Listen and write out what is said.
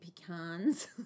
pecans